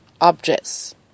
objects